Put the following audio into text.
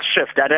shift